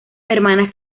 hermanas